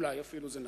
אולי אפילו זה נכון,